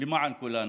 למען כולנו.